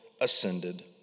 ascended